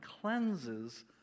cleanses